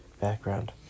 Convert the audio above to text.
Background